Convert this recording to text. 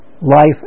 life